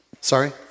Sorry